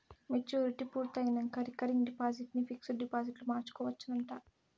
maturity పూర్తయినంక recurring deposit ని fixed డిపాజిట్గ మార్చుకోవచ్చునంట